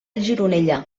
gironella